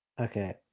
Okay